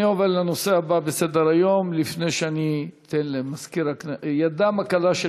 אני עובר לנושא הבא בסדר-היום: ידם הקלה של